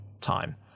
time